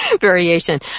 variation